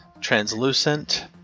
translucent